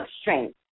strength